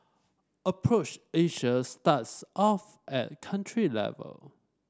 approach Asia starts off at country level